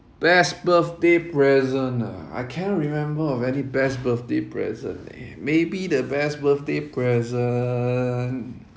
best birthday present ah I cannot remember of any best birthday present eh maybe the best birthday present